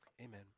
amen